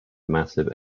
massive